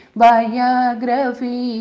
biography